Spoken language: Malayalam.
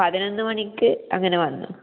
പതിനൊന്ന് മണിക്ക് അങ്ങനെ വരണം